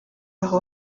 aho